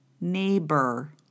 Neighbor